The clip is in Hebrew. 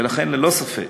ולכן, ללא ספק,